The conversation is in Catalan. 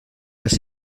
les